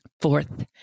Fourth